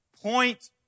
point